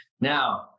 Now